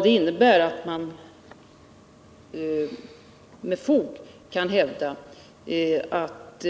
Det innebär att man med fog kan hävda att